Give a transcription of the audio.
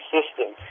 System